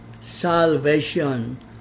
salvation